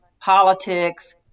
politics